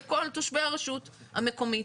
לכל תושבי הרשות המקומית.